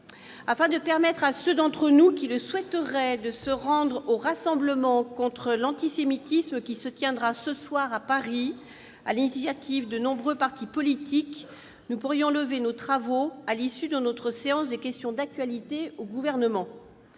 afin de permettre à ceux d'entre nous qui le souhaiteraient de se rendre au rassemblement contre l'antisémitisme qui se tiendra ce soir à Paris sur l'initiative de nombreux partis politiques, nous pourrions lever nos travaux à l'issue de notre séance de questions d'actualité au Gouvernement.